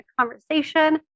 conversation